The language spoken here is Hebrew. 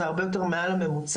זה הרבה יותר מעל הממוצע.